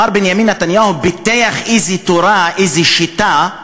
מר בנימין נתניהו פיתח איזה תורה, איזה שיטה,